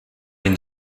den